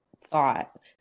thought